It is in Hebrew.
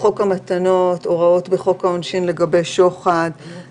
חוק המתנות, הוראות בחוק העונשין לגבי שוחד.